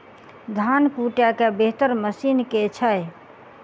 धान कुटय केँ बेहतर मशीन केँ छै?